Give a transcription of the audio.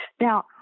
now